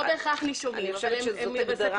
חסר